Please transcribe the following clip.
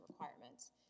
requirements